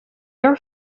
are